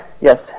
Yes